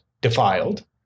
defiled